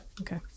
Okay